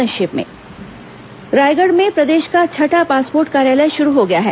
संक्षिप्त समाचार रायगढ़ में प्रदेश का छठा पासपोर्ट कार्यालय शुरू हो गया है